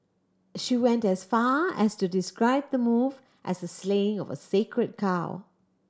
she went as far as to describe the move as the slaying of a sacred cow